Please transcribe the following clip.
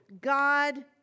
God